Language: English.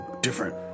different